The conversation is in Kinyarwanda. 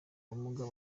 ubumuga